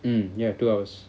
mm ya two hours